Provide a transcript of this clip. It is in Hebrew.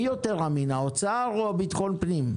מי יותר אמין, האוצר או ביטחון פנים?